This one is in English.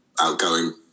outgoing